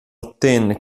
ottenne